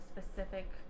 specific